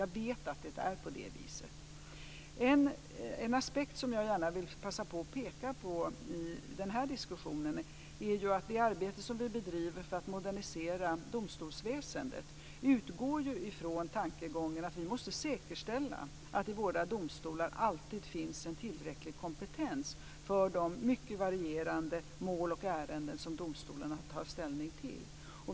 Jag vet att det är på det viset. En aspekt som jag gärna vill passa på att peka på i den här diskussionen är att det arbete som vi bedriver för att modernisera domstolsväsendet utgår från tankegången att vi måste säkerställa att det i våra domstolar alltid finns en tillräcklig kompetens för de mycket varierande mål och ärenden som domstolarna tar ställning till.